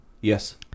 Yes